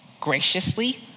graciously